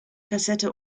kassette